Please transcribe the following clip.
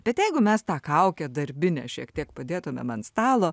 bet jeigu mes tą kaukę darbinę šiek tiek padėtumėm ant stalo